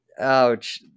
Ouch